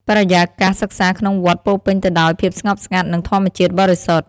បរិយាកាសសិក្សាក្នុងវត្តពោរពេញទៅដោយភាពស្ងប់ស្ងាត់ និងធម្មជាតិបរិសុទ្ធ។